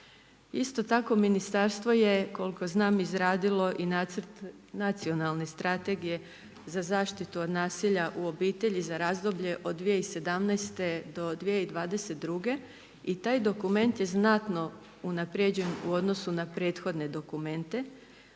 Isto tako ministarstvo je, koliko znam izradio i Nacrt nacionalne strategije za zaštitu od nasilja u obitelji za razdoblje od 2017. do 2022. i taj dokument je znatno unaprijeđen u odnosu na prethodne dokumente.